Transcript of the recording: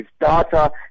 data